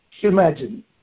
Imagine